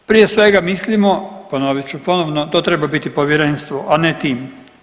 Prije svega, mislimo, ponovit ću ponovo, to treba biti povjerenstvo, a ne tim.